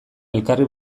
elkarri